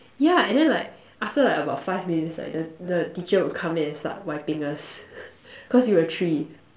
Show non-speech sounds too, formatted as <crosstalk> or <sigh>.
yeah and then like after like about five minutes right the the teacher would come in and start wiping us <laughs> cause we were three